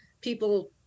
people